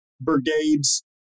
brigades